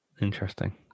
Interesting